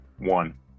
One